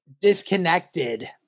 disconnected